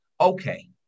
Okay